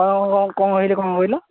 ହଁ କଣ କହିଲେ କଣ କହିଲ